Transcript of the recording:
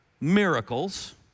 miracles